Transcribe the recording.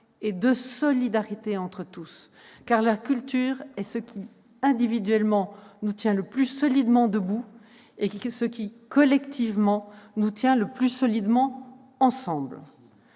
et de solidarité entre tous. En effet, la culture est ce qui, individuellement, nous tient le plus solidement debout et ce qui, collectivement, nous tient le plus solidement ensemble.